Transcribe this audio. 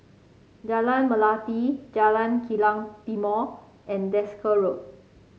Jalan Melati Jalan Kilang Timor and Desker Road